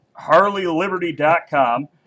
HarleyLiberty.com